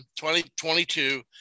2022